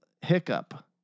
hiccup